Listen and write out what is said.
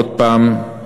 עוד הפעם,